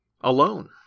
alone